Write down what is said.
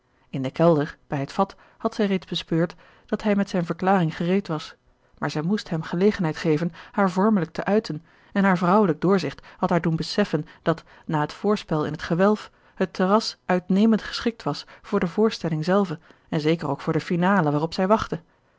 in den kelder bij het vat had zij reeds bespeurd dat bij met zijne verklaring gereed was maar zij moest hem gelegenheid geven haar vormelijk te uiten en haar vrouwelijk doorzicht had haar doen beseffen dat na het voorspel in het gewelf het terras uitnemend geschikt was voor de voorstelling zelve en zeker ook voor de finale waarop zij wachtte